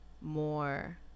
more